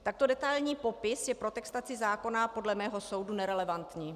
Takto detailní popis je pro textaci zákona podle mého soudu nerelevantní.